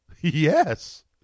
yes